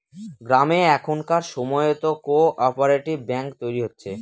গ্রামে এখনকার সময়তো কো অপারেটিভ ব্যাঙ্ক তৈরী হয়েছে